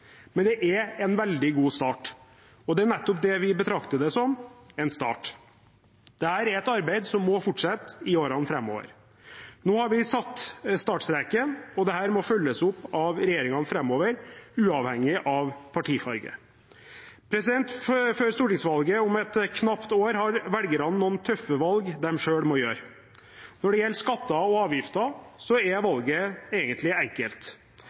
Men det er en veldig god start, og det er nettopp det vi betrakter det som – en start. Dette er et arbeid som må fortsette i årene framover. Nå har vi satt startstreken, og det må følges opp av regjeringene framover, uavhengig av partifarge. Før stortingsvalget om et knapt år har velgerne noen tøffe valg de selv må ta. Når det gjelder skatter og avgifter, er valget egentlig enkelt.